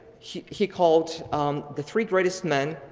he he called the three greatest men,